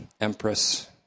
Empress